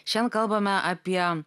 šian kalbame apie